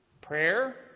prayer